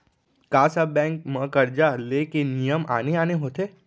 का सब बैंक म करजा ले के नियम आने आने होथे?